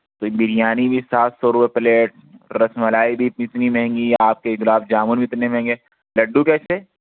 تو بریانی بھی سات سو روپے پلیٹ رس ملائی بھی اتنی مہنگی آپ کے گلاب جامن بھی اتنے مہنگے لڈّو کیسے